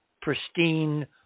pristine